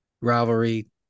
rivalry